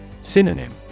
Synonym